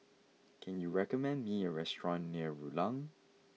can you recommend me a restaurant near Rulang